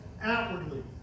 outwardly